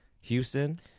Houston